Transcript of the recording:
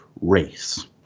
race